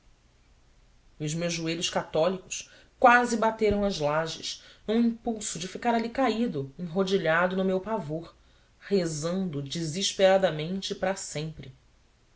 os meus joelhos católicos quase bateram as lajes num impulso de ficar ali caído enrodilhado no meu pavor rezando desesperadamente e para sempre